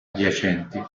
adiacenti